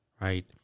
right